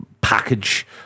package